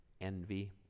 envy